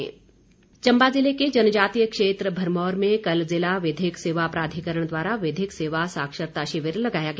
विधिक शिविर चंबा जिले के जनजातीय क्षेत्र भरमौर में कल जिला विधिक सेवा प्राधिकरण द्वारा विधिक सेवा साक्षरता शिविर लगाया गया